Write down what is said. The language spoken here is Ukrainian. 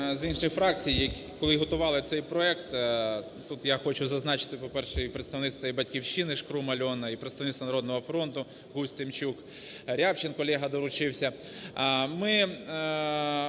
з іншої фракції, коли готували цей проект, тут я хочу зазначити, по-перше, і представництво і "Батьківщини" – Шкрум Альона, і представництво "Народного фронту" – Гузь, Тимчук, Рябчин колега долучився.